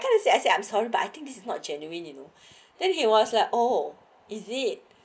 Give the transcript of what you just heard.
then I say I say I'm sorry but I think this is not genuine you know then he was like oh is it